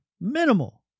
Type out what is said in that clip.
Minimal